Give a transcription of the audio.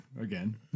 again